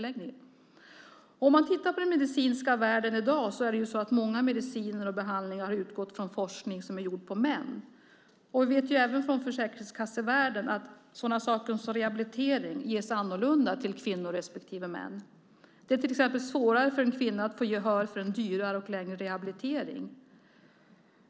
Tittar man på den medicinska världen i dag ser man att det är många mediciner och behandlingar som har utgått från forskning som är gjord på män. Vi vet även från försäkringskassevärlden att sådana saker som rehabilitering ges annorlunda till kvinnor respektive män. Det är svårare för en kvinna att få gehör för en dyrare och längre rehabilitering.